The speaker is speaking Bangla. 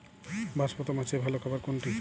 বাঁশপাতা মাছের ভালো খাবার কোনটি?